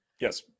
Yes